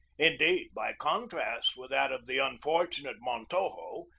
indeed, by contrast with that of the unfortunate montojo,